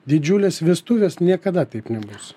didžiules vestuves niekada taip nebus